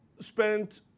spent